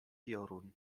piorun